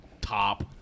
top